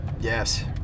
yes